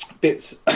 bits